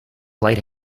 light